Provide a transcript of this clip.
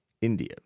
India